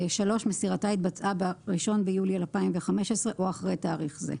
מסירתה התבצעה ב-1 ביולי 2015 או אחרי תאריך זה,